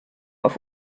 auf